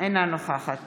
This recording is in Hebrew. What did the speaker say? אינה נוכחת